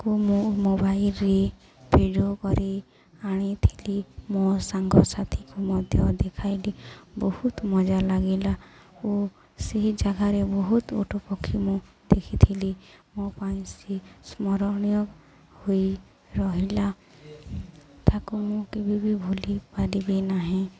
ମୁଁ ମୋବାଇଲରେ ଭିଡ଼ିଓ କରି ଆଣିଥିଲି ମୋ ସାଙ୍ଗସାଥିକୁ ମଧ୍ୟ ଦେଖାଇଲି ବହୁତ ମଜା ଲାଗିଲା ଓ ସେହି ଜାଗାରେ ବହୁତ ଓଟ ପକ୍ଷୀ ମୁଁ ଦେଖିଥିଲି ମୋ ପାଇଁ ସେ ସ୍ମରଣୀୟ ହୋଇ ରହିଲା ତାକୁ ମୁଁ କେବେ ବି ଭୁଲିପାରିବି ନାହିଁ